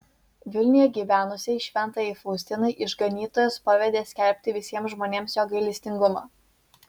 vilniuje gyvenusiai šventajai faustinai išganytojas pavedė skelbti visiems žmonėms jo gailestingumą